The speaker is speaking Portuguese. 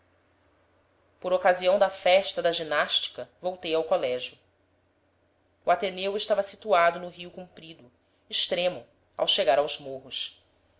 por ocasião da festa da ginástica voltei ao colégio o ateneu estava situado no rio comprido extremo ao chegar aos morros